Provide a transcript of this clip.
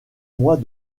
mois